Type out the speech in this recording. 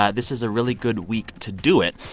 ah this is a really good week to do it.